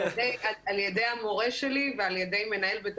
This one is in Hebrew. על ידי המורה שלי ועל ידי מנהל בית